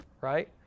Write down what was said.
right